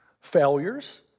failures